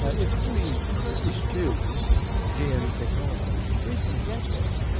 ah if we eschew gm technology, we can get there,